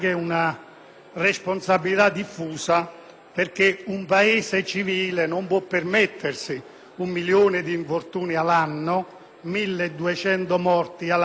responsabilità diffusa, perché un Paese civile non si può permettere un milione di infortuni e 1.200 morti sul